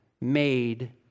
made